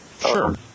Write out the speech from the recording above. Sure